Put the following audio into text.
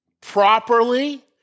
properly